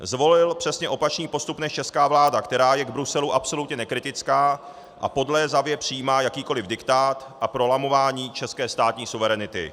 Zvolil přesně opačný postup než česká vláda, která je k Bruselu absolutně nekritická a podlézavě přijímá jakýkoliv diktát a prolamování české státní suverenity.